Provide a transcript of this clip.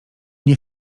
nie